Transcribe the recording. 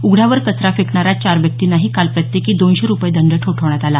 उघड्यावर कचरा फेकणाऱ्या चार व्यक्तींनाही काल प्रत्येकी दोनशे रुपये दंड ठोठावण्यात आला